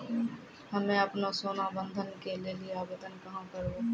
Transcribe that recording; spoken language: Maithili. हम्मे आपनौ सोना बंधन के लेली आवेदन कहाँ करवै?